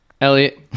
Elliot